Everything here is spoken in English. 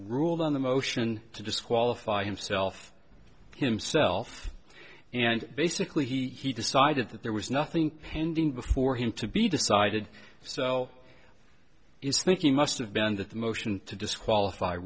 ruled on the motion to disqualify himself himself and basically he decided that there was nothing pending before him to be decided so is thinking must have been that the motion to disqualify